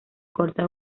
corta